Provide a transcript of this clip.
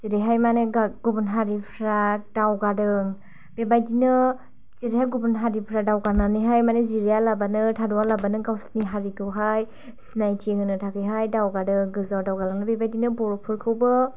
जेरैहाय माने गुबुन हारिफ्रा दावगादों बेबादिनो जेरैहाय गुबुन हारिफ्रा दावगानानैहाय माने जिराया लाबानो थाद'आ लाबानो गावसिनि हारिखौहाय सिनायथि होनो थाखायहाय दावगादों गोजौआव दावगालांनो बेबायदिनो बर'फोरखौबो